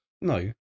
No